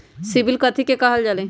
CIBIL कथि के काहल जा लई?